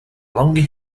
long